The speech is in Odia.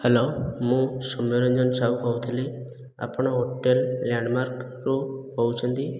ହ୍ୟାଲୋ ମୁଁ ସୋମ୍ୟରଞ୍ଜନ ସାହୁ କହୁଥିଲି ଆପଣ ହୋଟେଲ ଲ୍ୟାଣ୍ଡମାର୍କରୁ କହୁଛନ୍ତି